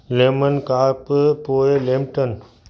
lamin काप पोए लैमटन